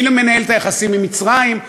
מי מנהל את היחסים עם מצרים?